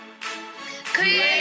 Create